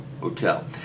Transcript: hotel